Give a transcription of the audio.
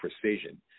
precision